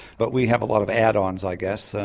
but we have a lot of add-ons, i guess,